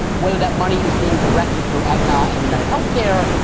whether that money is being directed through aetna and unitedhealthcare,